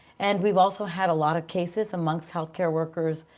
and we've also had a lot of cases amongst healthcare workers,